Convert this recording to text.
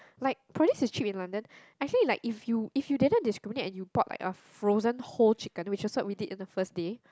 like produce is cheap in London actually like if you if you didn't discriminate and you bought like frozen whole chicken which was what we did in the first day